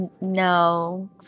No